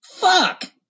fuck